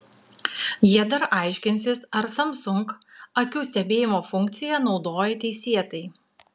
jie dar aiškinsis ar samsung akių stebėjimo funkciją naudoja teisėtai